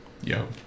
Yo